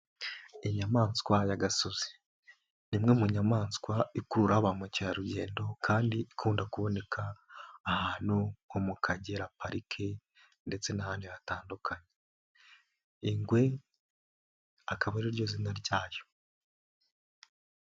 Inyamaswa y'agasozi ni imwe mu nyamaswa ikurura ba mukerarugendo kandi ikunda kuboneka ahantu ho mu Kagera parike ndetse n'ahandi hatandukanye. Ingwe akaba ari ryo zina ryayo.